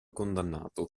condannato